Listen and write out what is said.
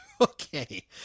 Okay